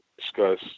discuss